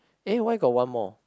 eh why got one more